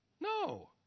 No